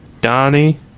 Donnie